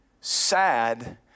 sad